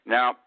Now